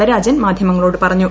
നടരാജൻ മാധ്യമങ്ങളോട് പറഞ്ഞു